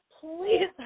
please